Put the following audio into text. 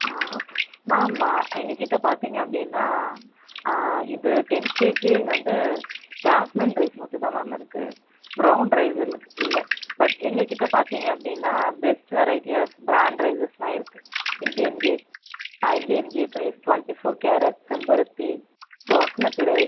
okay ma'am எங்கள் கிட்ட பார்த்தீங்க அப்படின்னா இது டென் கேஜி வந்து ஜாஸ்மின் ரைஸ் மட்டும் தான் மேம் இருக்கு ப்ரௌன் ரைஸ் இல் இல்லை பட் எங்கள் கிட்ட பார்த்தீங்க அப்படின்னா best variety of brand rices எல்லாம் இருக்கு Indian gate Indian gate rice twenty four carat Sembaruthi basmati rice